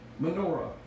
menorah